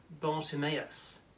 Bartimaeus